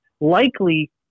likely